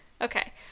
Okay